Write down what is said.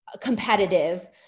competitive